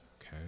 okay